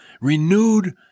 renewed